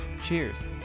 Cheers